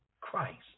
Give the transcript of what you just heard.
Christ